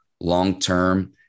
long-term